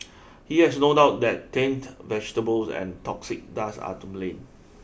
he has no doubt that tainted vegetables and toxic dust are to blame